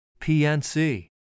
PNC